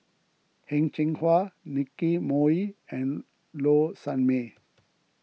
Heng Cheng Hwa Nicky Moey and Low Sanmay